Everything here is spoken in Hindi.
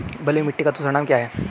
बलुई मिट्टी का दूसरा नाम क्या है?